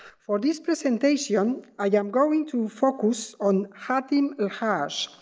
for this presentation, i am going to focus on hatem al-haj,